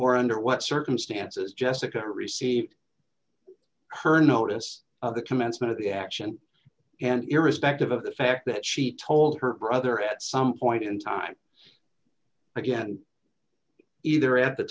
are under what circumstances jessica receipt her notice of the commencement of the action and irrespective of the fact that she told her brother at some point in time again either at the